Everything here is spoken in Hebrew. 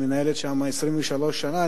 שמנהלת שם 23 שנה,